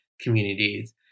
communities